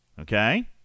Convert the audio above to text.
Okay